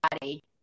body